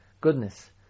goodness